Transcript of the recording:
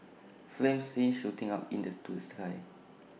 flames seen shooting up into the sky